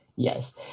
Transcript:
Yes